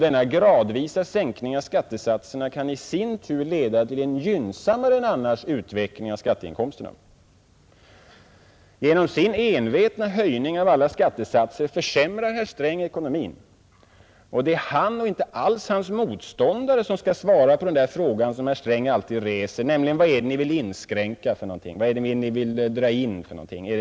Denna gradvisa sänkning kan i sin tur leda till en utveckling av skatteinkomsterna som blir gynnsammare än den annars hade varit. Genom sin envetna höjning av alla skattesatser försämrar herr Sträng ekonomin. Det är han och inte alls hans motståndare som skall svara på den fråga som herr Sträng alltid reser, nämligen om vad man egentligen vill dra in på.